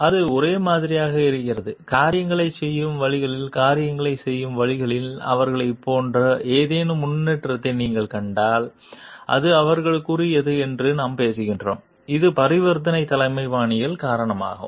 அது ஒரே மாதிரியாக இருக்கிறது காரியங்களைச் செய்யும் வழிகளில் காரியங்களைச் செய்யும் வழிகளில் அவர்களைப் போன்ற ஏதேனும் முன்னேற்றத்தை நீங்கள் கண்டால் அது அவர்களுக்குரியது என்று நாம் பேசுகிறோம் இது பரிவர்த்தனை தலைமை பாணியின் காரணமாகும்